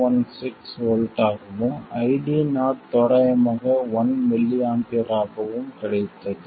716 V ஆகவும் ID0 தோராயமாக 1mA ஆகவும் கிடைத்தது